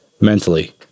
mentally